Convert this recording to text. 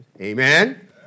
Amen